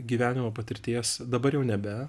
gyvenimo patirties dabar jau nebe